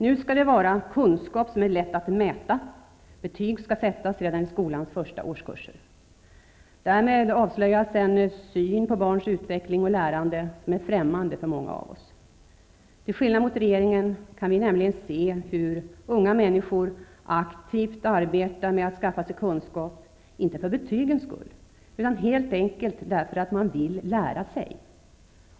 Nu skall det vara kunskap som är lätt att mäta. Betyg skall sättas redan i skolans första årskurser. Därmed avslöjas en syn på barns utveckling och lärande som är främmande för många av oss. Till skillnad mot regeringen kan vi nämligen se hur unga människor aktivt arbetar med att skaffa sig kunskap -- inte för betygens skull, utan helt enkelt för att de vill lära sig.